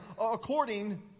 according